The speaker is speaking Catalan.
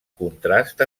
contrast